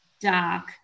dark